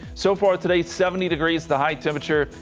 so far today, seventy degrees the high temperature.